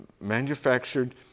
manufactured